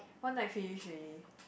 one night finish already